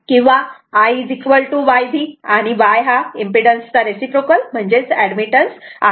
किंवा IYV आणि Y हा इम्पेडन्स चा रिसिप्रोकल म्हणजेच एडमिटन्स आहे